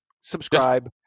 subscribe